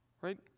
Right